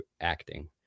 acting